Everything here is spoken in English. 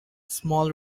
small